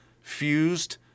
fused